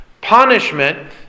Punishment